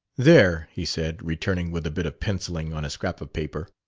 there, he said, returning with a bit of pencilling on a scrap of paper.